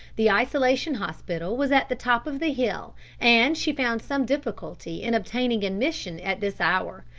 the isolation hospital was at the top of the hill and she found some difficulty in obtaining admission at this hour.